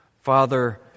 Father